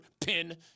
pin